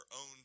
own